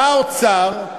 בא האוצר,